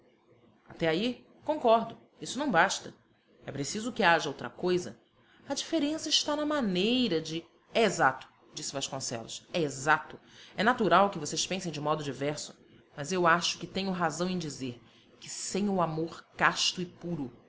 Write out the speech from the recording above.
até aí concordo isso não basta é preciso que haja outra coisa a diferença está na maneira de é exato disse vasconcelos é exato é natural que vocês pensem de modo diverso mas eu acho que tenho razão em dizer que sem o amor casto e puro